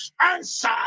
answer